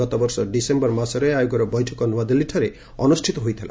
ଗତ ବର୍ଷ ଡିସେମ୍ବର ମାସରେ ଆୟୋଗର ବୈଠକ ନ୍ନଆଦିଲ୍ଲୀଠାରେ ଅନୁଷ୍ଠିତ ହୋଇଥିଲା